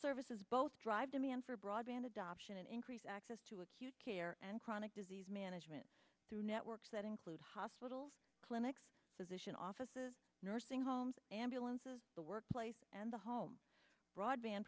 services both drive demand for broadband adoption and increased access to acute care and chronic disease management through networks that include hospitals clinics physician offices nursing homes and balances the workplace and the home broadband